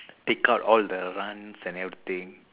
take out all the runs and everything